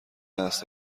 است